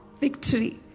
victory